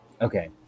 okay